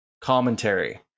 commentary